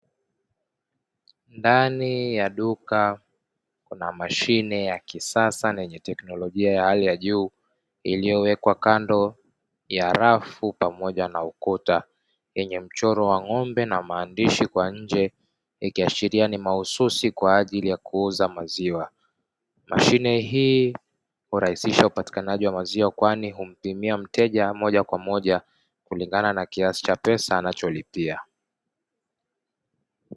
Ndani ya duka kuna mashine ya kisasa na yenye teknolojia ya hali ya juu iliyowekwa kando ya rafu pamoja na ukuta, yenye mchoro wa ng'ombe na maandishi kwa nje ikiashiria ni mahususi kwa ajili ya kuuza maziwa. mashine hii hurahisi hurahisisha upatikanaji wa maziwa kwani humpimia mteja moja kwa moja kulingana na kiasi cha pesa anacholipia.